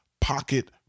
pocket